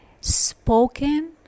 spoken